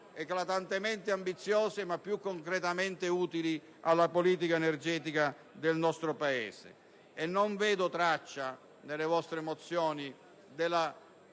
eclatantemente ambiziose e più concretamente utili alla politica energetica del nostro Paese. Non vedo traccia, invece, nelle mozioni